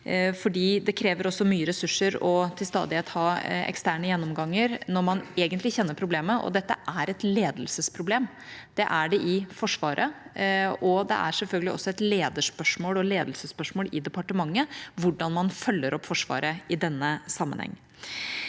også krever mye ressurser til stadighet å ha eksterne gjennomganger når man egentlig kjenner problemet. Dette er et ledelsesproblem. Det er det i Forsvaret, og det er selvfølgelig også et lederspørsmål og ledelsesspørsmål i departementet hvordan man følger opp Forsvaret i denne sammenheng.